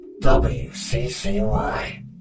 W-C-C-Y